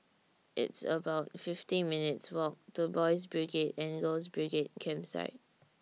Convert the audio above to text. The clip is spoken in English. It's about fifty minutes' Walk to Boys' Brigade and Girls' Brigade Campsite